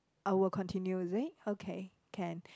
I will continue is it okay can